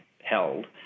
held